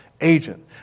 agent